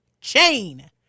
chain